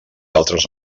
altres